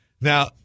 Now